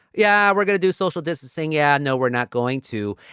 yeah, we're going to do social distancing. yeah. no, we're not going to.